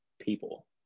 people